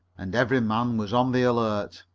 and every man was on the alert.